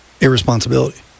irresponsibility